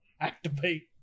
Activate